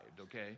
okay